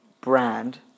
brand